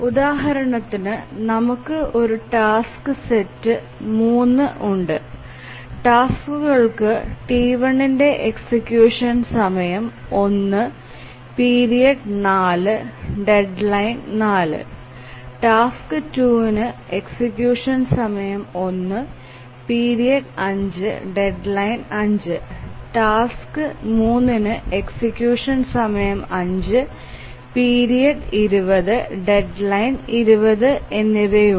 ഉദാഹരണത്തിന് നമുക്ക് ഒരു ടാസ്ക് സെറ്റ് 3 ഉണ്ട് ടാസ്ക്കുകൾക്ക് T1ന്ടെ എക്സിക്യൂഷൻ സമയം 1 പീരിയഡ് 4 ഡെഡ്ലൈൻ 4 ടാസ്ക്2 ന് എക്സിക്യൂഷൻ സമയം 1 പീരിയഡ് 5 ഡെഡ്ലൈൻ 5 ടാസ്ക് 3 ന് എക്സിക്യൂഷൻ സമയം 5 പീരിയഡ് 20 ഡെഡ്ലൈൻ 20 എന്നിവയുണ്ട്